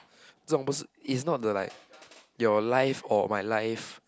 中不是 is not the like your life or my life